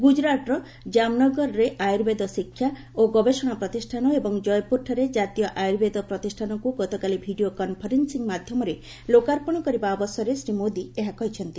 ଗୁଜୁରାଟ୍ର ଜାମ୍ନଗରଠାରେ ଆୟୁର୍ବେଦ ଶିକ୍ଷା ଓ ଗବେଷଣା ପ୍ରତିଷ୍ଠାନ ଏବଂ ଜୟପୁରଠାରେ କାତୀୟ ଆୟୁର୍ବେଦ ପ୍ରତିଷ୍ଠାନକୁ ଗତକାଲି ଭିଡ଼ିଓ କନ୍ଫରେନ୍ସିଂ ମାଧ୍ୟମରେ ଲୋକାର୍ପଣ କରିବା ଅବସରରେ ଶ୍ରୀ ମୋଦି ଏହା କହିଛନ୍ତି